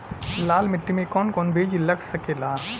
लाल मिट्टी में कौन कौन बीज लग सकेला?